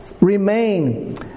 remain